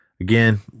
again